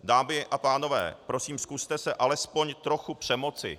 Dámy a pánové, prosím, zkuste se alespoň trochu přemoci.